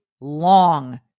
long